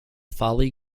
folly